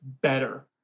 better